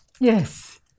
Yes